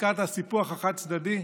הרפתקת הסיפוח החד-צדדי?